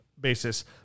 basis